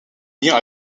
lien